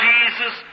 Jesus